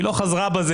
היא לא חזרה בה.